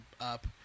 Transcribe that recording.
up